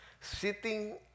sitting